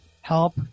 help